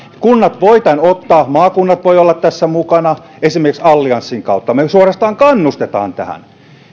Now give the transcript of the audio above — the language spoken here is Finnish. kunnat voivat tämän ottaa ja maakunnat voivat olla tässä mukana esimerkiksi allianssin kautta ja me suorastaan kannustamme tähän